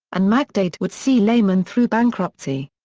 and mcdade would see lehman through bankruptcy.